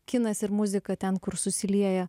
kinas ir muzika ten kur susilieja